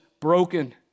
broken